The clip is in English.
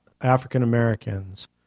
African-Americans